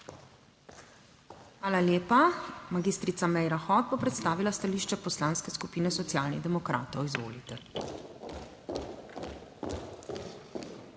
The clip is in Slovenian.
Hvala lepa. Magistrica Meira Hot bo predstavila stališče Poslanske skupine Socialnih demokratov, izvolite.